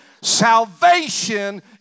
Salvation